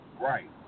Right